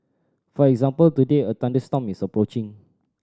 for example today a thunderstorm is approaching